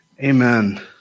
Amen